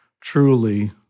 truly